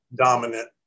dominant